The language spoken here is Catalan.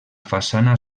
façana